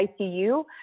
ICU